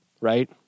right